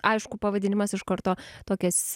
aišku pavadinimas iš karto tokias